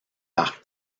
par